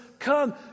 Come